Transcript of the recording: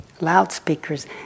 loudspeakers